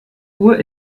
uhr